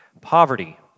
poverty